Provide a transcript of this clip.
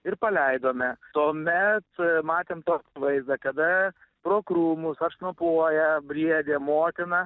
ir paleidome tuomet matėm tokį vaizdą kada pro krūmus atšnopuoja briedė motina